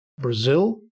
Brazil